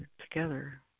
together